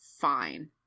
fine